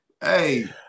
Hey